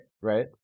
Right